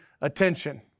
attention